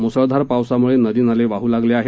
मुसळधार पावसामुळे नदी नाले वाहू लागले आहेत